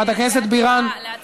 יש הצבעה.